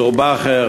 צור-באהר,